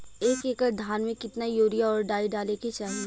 एक एकड़ धान में कितना यूरिया और डाई डाले के चाही?